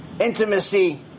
intimacy